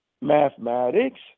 mathematics